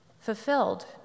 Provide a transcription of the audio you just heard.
fulfilled